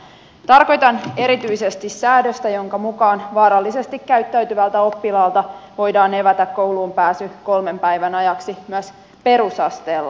tarkoitan erityisesti säädöstä jonka mukaan vaarallisesti käyttäytyvältä oppilaalta voidaan evätä kouluun pääsy kolmen päivän ajaksi myös perusasteella